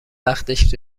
وقتش